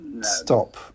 stop